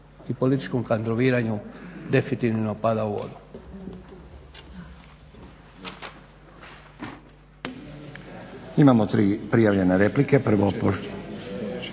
i političkom kadroviranju definitivno pada u vodu.